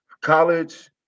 college